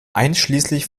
einschließlich